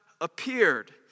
appeared